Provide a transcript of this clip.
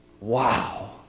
Wow